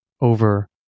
over